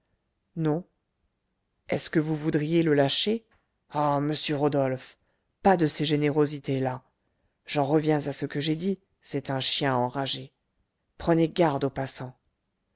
non est-ce que vous voudriez le lâcher ah monsieur rodolphe pas de ces générosités là j'en reviens à ce que j'ai dit c'est un chien enragé prenez garde aux passants